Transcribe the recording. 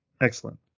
Excellent